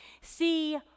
see